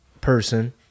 person